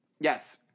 Yes